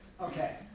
Okay